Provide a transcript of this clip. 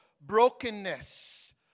brokenness